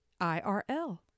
IRL